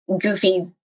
goofy